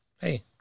hey